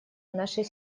нашей